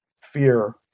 fear